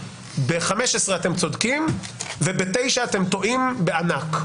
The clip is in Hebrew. ב-15 אתם צודקים ובתשע אתם טועים בענק,